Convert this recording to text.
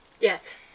Yes